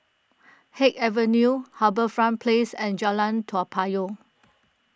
Haig Avenue HarbourFront Place and Jalan Toa Payoh